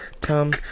Tom